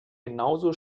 genauso